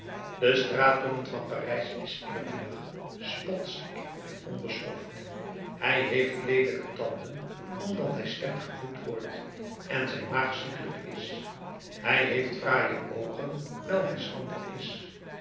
de straatjongen van parijs is eerbiedig spotziek en onbeschoft hij heeft leelijke tanden omdat hij slecht gevoed wordt en zijn maag ziekelijk is hij heeft fraaie oogen wijl hij schrander is